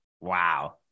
Wow